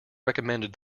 recommended